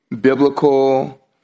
biblical